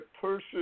person